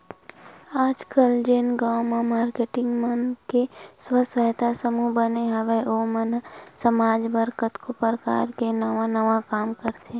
आजकल जेन गांव म मारकेटिंग मन के स्व सहायता समूह बने हवय ओ मन ह समाज बर कतको परकार ले नवा नवा काम करथे